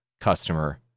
customer